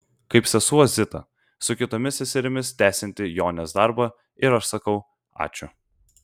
kaip sesuo zita su kitomis seserimis tęsianti jonės darbą ir aš sakau ačiū